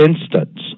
instance